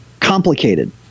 complicated